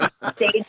stage